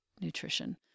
nutrition